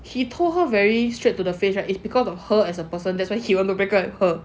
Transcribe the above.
he told her very straight to the face right it's because of her as a person that's why he want to break up her